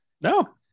No